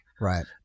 Right